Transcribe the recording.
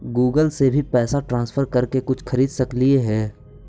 Google से भी पैसा ट्रांसफर कर के कुछ खरिद सकलिऐ हे?